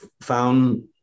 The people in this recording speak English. found